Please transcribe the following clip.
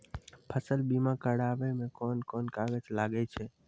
फसल बीमा कराबै मे कौन कोन कागज लागै छै?